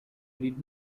did